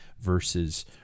versus